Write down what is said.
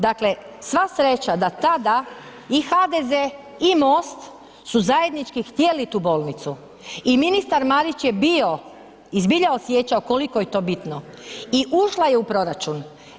Dakle, sva sreća da tada i HDZ i MOST su zajednički htjeli tu bolnicu i ministar Marić je bio i zbilja osjećao koliko je to bitno i ušla je u proračun.